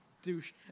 douche